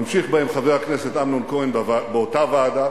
ממשיך בהם חבר הכנסת אמנון כהן באותה ועדה.